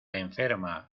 enferma